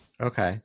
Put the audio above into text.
Okay